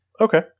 okay